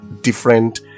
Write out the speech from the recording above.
different